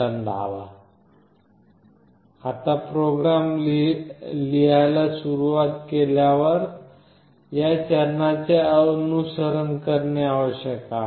एकदा आपण पहिला प्रोग्राम लिहायला सुरुवात केल्यावर या चरणांचे अनुसरण करणे आवश्यक आहे